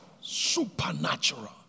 Supernatural